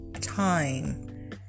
time